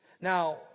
Now